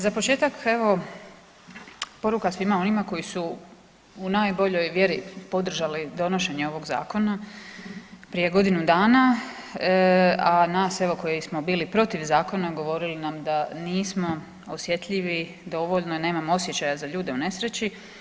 Za početak evo poruka svima onima koji su u najboljoj vjeri podržali donošenje ovog Zakona prije godinu dana, a nas evo koji smo bili protiv zakona govorili nam da nismo osjetljivi dovoljno jer nemamo osjećaja za ljude u nesreći.